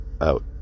out